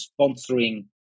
sponsoring